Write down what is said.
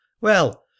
Well